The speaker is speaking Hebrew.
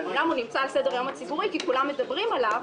אומנם הוא נמצא על סדר-היום הציבורי כי כולם מדברים עליו,